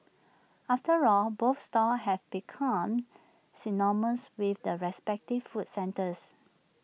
after all both stalls have become synonymous with the respective food centres